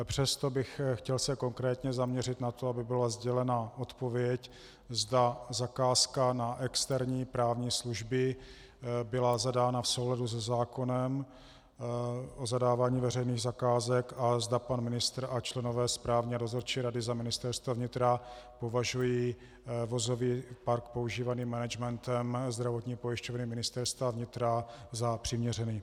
Přesto bych se chtěl konkrétně zaměřit na to, aby byla sdělena odpověď, zda zakázka na externí právní služby byla zadána v souladu se zákonem o zadávání veřejných zakázek a zda pan ministr a členové správní a dozorčí rady za Ministerstvo vnitra považují vozový park používaný managementem Zdravotní pojišťovny Ministerstva vnitra za přiměřený.